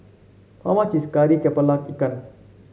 how much is Kari kepala Ikan